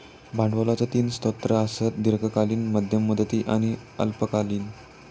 भांडवलाचो तीन स्रोत आसत, दीर्घकालीन, मध्यम मुदती आणि अल्पकालीन